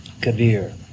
kabir